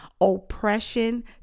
oppression